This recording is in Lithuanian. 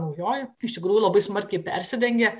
naujoji iš tikrųjų labai smarkiai persidengia